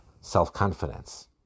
self-confidence